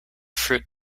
fruit